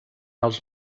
als